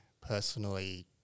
personally